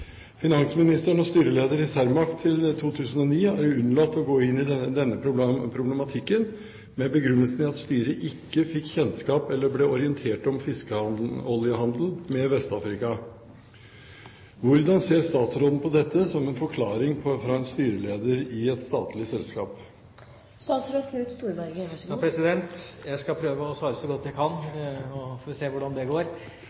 Finansministeren og styreleder i Cermaq til 2009 har unnlatt å gå inn i denne problematikken med begrunnelse i at styret «ikke fikk kjennskap eller ble orientert om» fiskeoljehandel med Vest-Afrika. Hvordan ser statsråden på dette som en forklaring fra en styreleder i et statlig selskap?» Jeg skal prøve å svare så godt jeg kan, og så får vi se hvordan det går.